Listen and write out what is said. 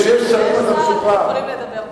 יש שר, אתם יכולים לדבר בחוץ.